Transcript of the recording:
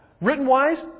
written-wise